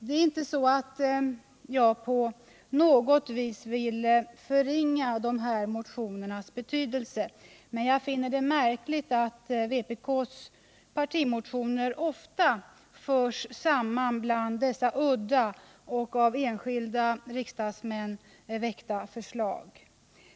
Det är inte så att jag på något vis vill förringa dessa motioners betydelse, men jag finner det märkligt att vpk:s partimotioner ofta förs samman med dessa udda och av enskilda riksdagsmän väckta förslag.